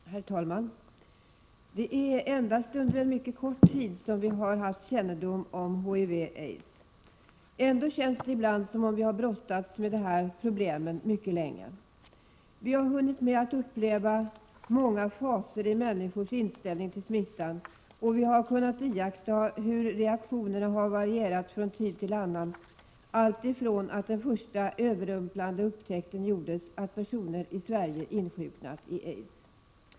Herr talman! Det är endast under en mycket kort tid som vi har haft kännedom om HIV och aids. Ändå känns det ibland som om vi har brottats med de här problemen mycket länge. Vi har hunnit med att uppleva många faser i människors inställning till smittan, och vi har kunnat iaktta hur reaktionerna har varierat från tid till annan alltifrån att den första överrumplande upptäckten gjordes av att personer i Sverige insjuknat i aids.